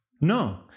No